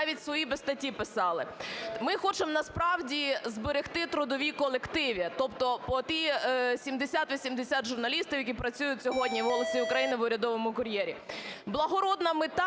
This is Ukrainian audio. Ми хочемо насправді зберегти трудові колективи, тобто ті 70-80 журналістів, які працюють сьогодні в "Голосі України", в "Урядовому кур'єрі".